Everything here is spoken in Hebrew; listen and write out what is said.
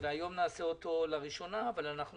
היום נעשה אותו לראשונה אבל אנחנו